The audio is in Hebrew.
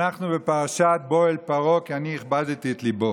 אנחנו בפרשת "בא אל פרעה כי אני הכבדתי את לבו".